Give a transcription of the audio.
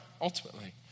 ultimately